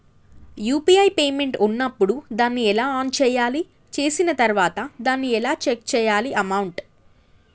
UPI payment ఉన్నప్పుడు దాన్ని ఎలా ఆన్ చేయాలి? చేసిన తర్వాత దాన్ని ఎలా చెక్ చేయాలి అమౌంట్?